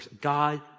God